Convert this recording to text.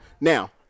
Now